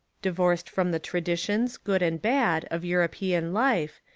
divorced from the traditions, good and bad, of european life,